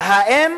האם